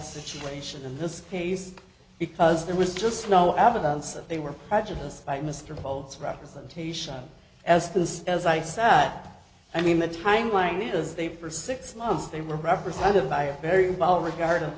situation in this case because there was just no evidence that they were prejudiced by mr foldes representation as this as i sat i mean the timeline as they for six months they were represented by a very well regarded